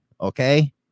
Okay